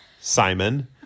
Simon